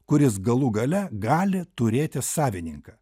kuris galų gale gali turėti savininką